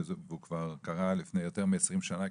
וכבר קרה לפני יותר מ-20 שנה,